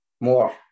more